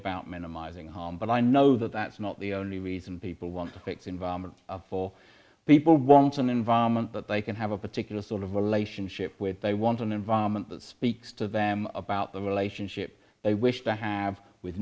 about minimizing harm but i know that that's not the only reason people want to fix environments for people who want an environment that they can have a particular sort of a relationship with they want an environment that speaks to them about the relationship they wish to have with